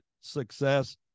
success